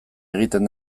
egiten